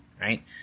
right